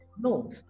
no